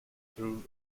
through